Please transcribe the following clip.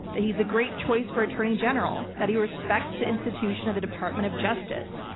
that he's a great choice for attorney general, that he respects the institution of the department of justice.